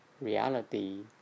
reality